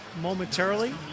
momentarily